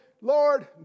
Lord